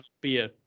beer